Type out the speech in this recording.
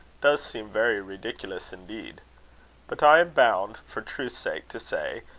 does seem very ridiculous indeed but i am bound, for truth's sake, to say,